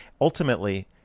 Ultimately